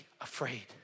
afraid